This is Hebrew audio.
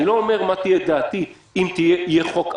אני לא אומר מה תהיה דעתי אם יהיה חוק אחר,